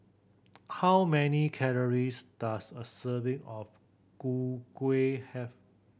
how many calories does a serving of Gu Kueh